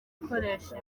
gukoresha